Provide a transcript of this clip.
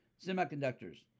semiconductors